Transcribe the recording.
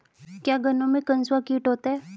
क्या गन्नों में कंसुआ कीट होता है?